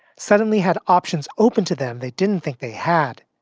suddenly had options open to them they didn't think they had,